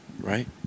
right